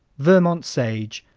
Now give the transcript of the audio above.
vermont sage,